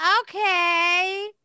Okay